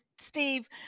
Steve